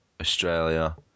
Australia